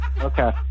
Okay